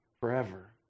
Forever